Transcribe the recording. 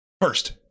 First